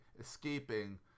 escaping